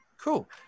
Cool